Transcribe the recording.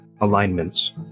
alignments